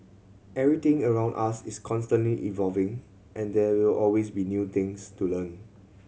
everything around us is constantly evolving and there will always be new things to learn